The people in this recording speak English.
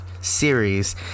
series